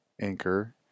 Anchor